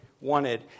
wanted